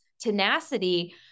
tenacity